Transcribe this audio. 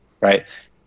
Right